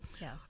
Yes